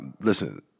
listen